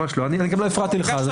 גם לא הפרעתי לך.